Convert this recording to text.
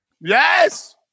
Yes